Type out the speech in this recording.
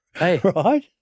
Right